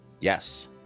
Yes